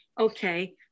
okay